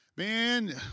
Man